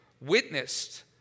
witnessed